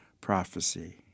prophecy